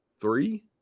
three